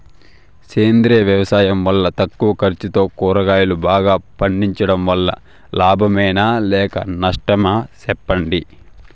సేంద్రియ వ్యవసాయం వల్ల తక్కువ ఖర్చుతో కూరగాయలు బాగా పండించడం వల్ల లాభమేనా లేక నష్టమా సెప్పండి